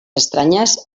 estranyes